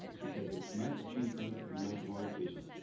because it's much cheaper and much more efficient.